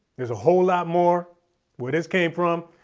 there's a whole lot more where this came from.